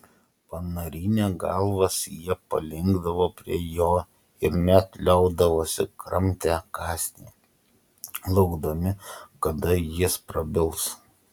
panarinę galvas jie palinkdavo prie jo ir net liaudavosi kramtę kąsnį laukdami kada jis prabils